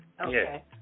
Okay